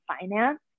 finance